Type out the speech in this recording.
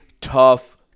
tough